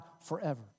forever